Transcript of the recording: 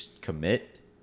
commit